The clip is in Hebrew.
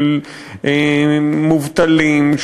של מובטלים,